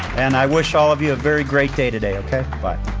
and i wish all of you a very great day today, okay? bye.